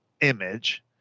image